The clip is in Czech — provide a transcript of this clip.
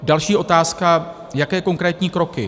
Další otázka jaké konkrétní kroky.